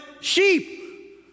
sheep